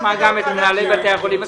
ונשמע גם את מנהלי בתי החולים.